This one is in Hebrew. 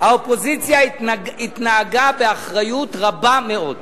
האופוזיציה התנהגה באחריות רבה מאוד.